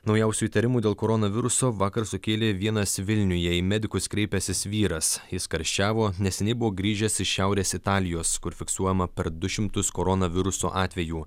naujausių įtarimų dėl koronaviruso vakar sukėlė vienas vilniuje į medikus kreipęsis vyras jis karščiavo neseniai buvo grįžęs iš šiaurės italijos kur fiksuojama per du šimtus koronaviruso atvejų